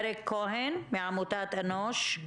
ככה הפסיכולוגים התעסוקתיים חייבים להיכנס,